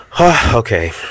Okay